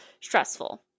stressful